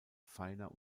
feiner